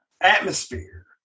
atmosphere